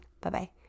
Bye-bye